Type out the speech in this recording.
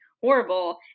Horrible